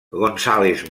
gonzález